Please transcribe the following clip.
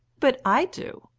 but i do.